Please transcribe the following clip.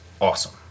awesome